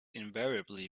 invariably